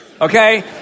Okay